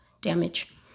damage